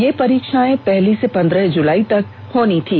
ये परीक्षाएं पहली से पन्द्रह जुलाई तक होनी थी